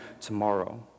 tomorrow